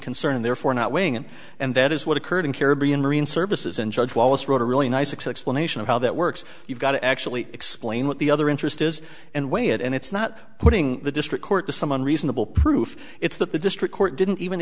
concern and therefore not weighing in and that is what occurred in caribbean marine services and judge wallace wrote a really nice explain nation of how that works you've got to actually explain what the other interest is and weigh it and it's not putting the district court to someone reasonable proof it's that the district court didn't even